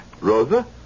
Rosa